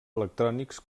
electrònics